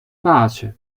pace